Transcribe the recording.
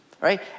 right